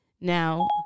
Now